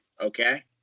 okay